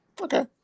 Okay